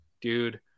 dude